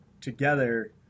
together